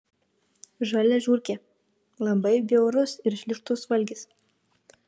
žalia žiurkė labai bjaurus ir šlykštus valgis